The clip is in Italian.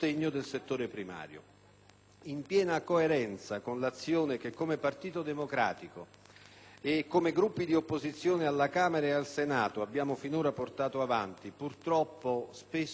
In piena coerenza con l'azione che, come Partito Democratico e come Gruppi di opposizione, alla Camera e al Senato abbiamo finora portato avanti, purtroppo spesso inascoltati,